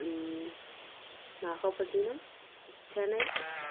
Nagapattinam Chennai